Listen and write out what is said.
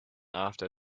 after